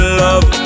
love